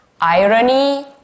irony